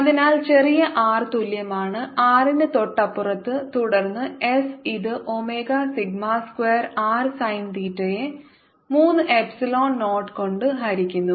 അതിനാൽ ചെറിയ r തുല്യമാണ് R ന് തൊട്ടപ്പുറത്ത് തുടർന്ന് S ഇത് omega sigma square R sine തീറ്റയെ 3 എപ്സിലോൺ നോട്ട് കൊണ്ട് ഹരിക്കുന്നു